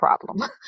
problem